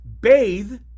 bathe